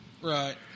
right